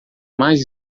mais